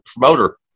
promoter